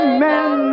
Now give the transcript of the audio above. Amen